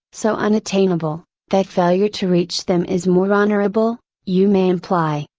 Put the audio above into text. so unattainable, that failure to reach them is more honorable, you may imply,